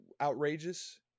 outrageous